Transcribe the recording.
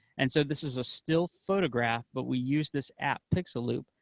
and so this is a still photograph, but we used this app, pixaloop,